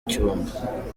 cyumba